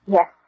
Yes